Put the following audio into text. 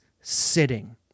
sitting